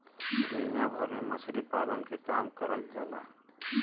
दुनिया भर में मछरी पालन के काम करल जाला